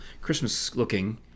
Christmas-looking